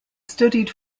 studied